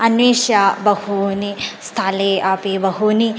अन्विष्य बहु स्थले अपि बहवः